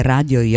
Radio